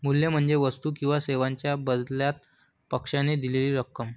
मूल्य म्हणजे वस्तू किंवा सेवांच्या बदल्यात पक्षाने दिलेली रक्कम